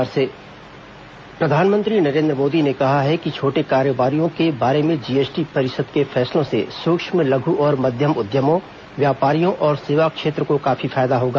प्रधानमंत्री जीएसटी प्रधानमंत्री नरेंद्र मोदी ने कहा है कि छोटे कारोबारियों के बारे में जीएसटी परिषद के फैसलों से सूक्ष्म लघू और मध्यम उद्यमों व्यापारियों और सेवा क्षेत्र को काफी फायदा होगा